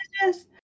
yes